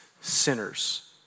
sinners